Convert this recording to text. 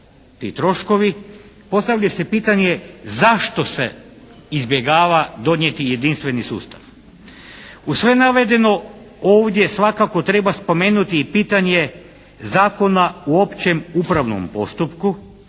ti troškovi. Postavlja se pitanje zašto se izbjegava donijeti jedinstveni sustav. Uz sve navedeno ovdje svakako treba spomenuti i pitanje Zakona o općem upravnom postupku